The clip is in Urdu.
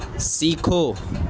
سیکھو